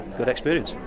good experience